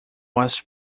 was